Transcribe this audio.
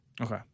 Okay